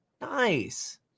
Nice